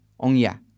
Ongya